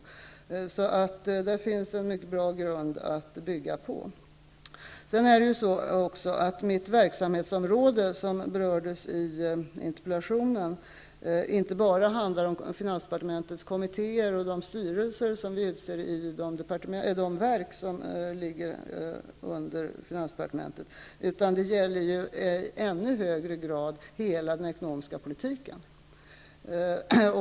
Här finns det alltså en mycket bra grund att bygga på. Som framhölls i interpellationen omfattar mitt verksamhetsområde inte bara de kommittéer och styrelser som finansdepartementet utser i de verk som lyder under departementet. I ännu högre grad är det ju fråga om hela den ekonomiska politiken.